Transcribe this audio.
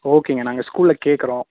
ஓகேங்க நாங்கள் ஸ்கூலில் கேட்குறோம்